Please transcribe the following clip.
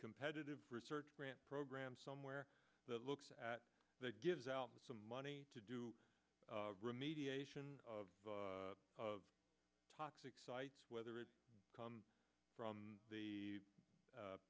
competitive research grant program somewhere that looks at that gives out some money to do remediation of of toxic sites whether it comes from the